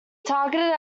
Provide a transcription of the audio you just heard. targeted